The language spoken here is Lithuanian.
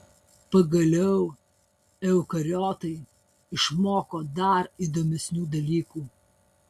pagaliau eukariotai išmoko dar įdomesnių dalykų